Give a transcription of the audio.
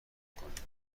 کنید